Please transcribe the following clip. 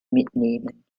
mitnehmen